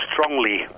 strongly